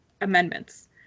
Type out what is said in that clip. amendments